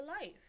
life